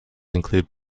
include